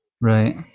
right